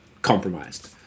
compromised